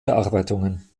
bearbeitungen